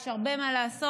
יש הרבה מה לעשות,